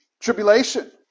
Tribulation